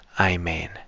Amen